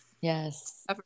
Yes